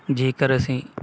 ਜੇਕਰ ਅਸੀਂ